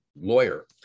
lawyer